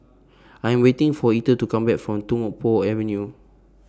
I Am waiting For Ether to Come Back from Tung Po Avenue